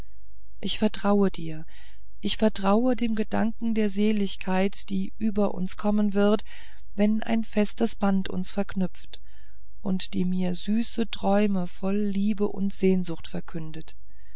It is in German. ich vertraue dir ich vertraue dem gedanken der seligkeit die über uns kommen wird wann ein festes band uns verknüpft und die mir süße träume voll liebe und sehnsucht verkündet